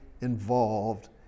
involved